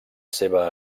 seva